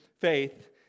faith